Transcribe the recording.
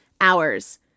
hours